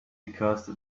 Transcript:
because